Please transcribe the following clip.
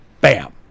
Bam